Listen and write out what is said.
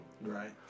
Right